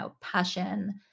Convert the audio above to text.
passion